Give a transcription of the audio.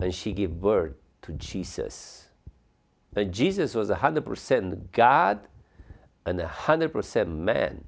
and she gave birth to jesus and jesus was a hundred percent god an